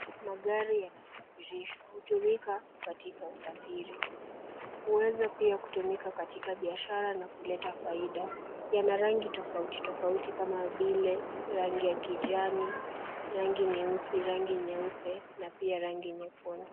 Magari yanasafirishwa, hutumika katika usafiri. Huweza pia kutumika katika biashara na kuleta faida. Yana rangi tofauti tofauti kama vile rangi ya kijani, rangi nyeusi, rangi nyeupe na pia rangi nyekundu.